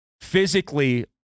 physically